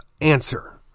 answer